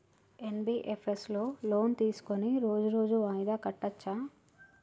NBFS లో loan తీస్కొని రోజు రోజు వాయిదా కట్టచ్ఛా?